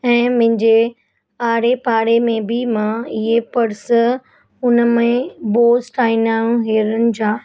ऐं मुंहिंजे आड़े पाड़े में बि मां इहे पर्स हुनमें बोस ठाहींदा आहियूं हेअरनि जा